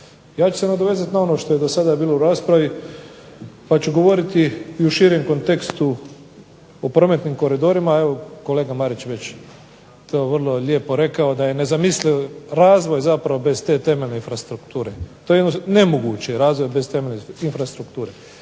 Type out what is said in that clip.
Ja ću se nadovezati na ono što je dosada bilo u raspravi pa ću govoriti i u širem kontekstu o prometnim koridorima. Evo, kolega Marić je to već vrlo lijepo rekao da je nezamisliv razvoj zapravo bez te temeljne infrastrukture. To je nemoguće, razvoj bez temeljne infrastrukture.